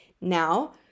Now